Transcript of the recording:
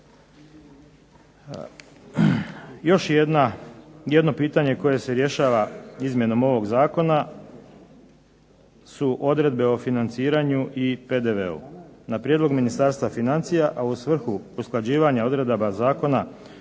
Još jedno pitanje koje se rješava izmjenom ovog zakona su odredbe o financiranju i PDV-u. na prijedlog Ministarstva financija, a u svrhu usklađivanja odredaba Zakona